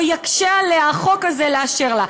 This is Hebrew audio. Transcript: או יקשה עליה החוק הזה לאשר לה.